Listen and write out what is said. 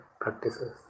practices